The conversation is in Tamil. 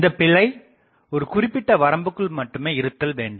இந்தப்பிழை ஒரு குறிப்பிட்ட வரம்புக்குள் மட்டுமே இருத்தல் வேண்டும்